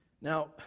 Now